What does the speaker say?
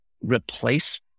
replace